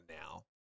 now